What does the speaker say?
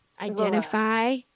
identify